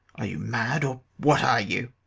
are you mad? or what are you?